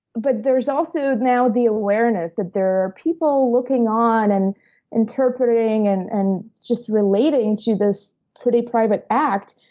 but there's also, now, the awareness that there are people looking on, and interpreting, and and just relating to this pretty private act.